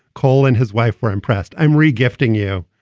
cole and his wife were impressed. i'm re gifting you.